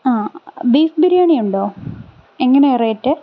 ആ ബീഫ് ബിരിയാണിയുണ്ടോ എങ്ങനെയാ റേറ്റ്